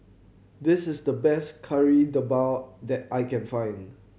this is the best Kari Debal that I can find